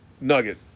nugget